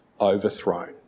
overthrown